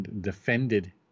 defended